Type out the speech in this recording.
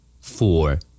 Four